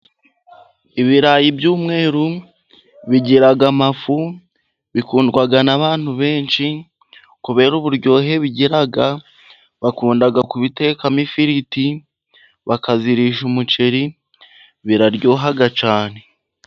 ibirayi by'umweru bigira amafu, bikundwa n'abantu benshi kubera uburyohe bigira, bakunda kubitekamo ifiriti, bakabirisha umuceri, biraryoha cyane.